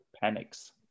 panics